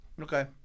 Okay